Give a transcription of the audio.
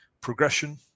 progression